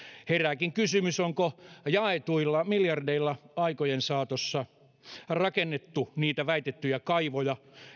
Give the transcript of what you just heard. herääkin kysymys onko jaetuilla miljardeilla aikojen saatossa rakennettu niitä väitettyjä kaivoja